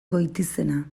goitizena